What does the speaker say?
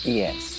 yes